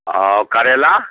हँ करेला